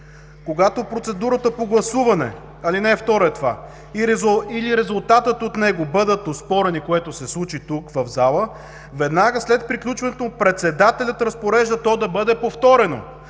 Когато процедурата по гласуване или резултатът от него бъдат оспорени“, което се случи тук в залата, „веднага след приключването, председателят разпорежда то да бъде повторено.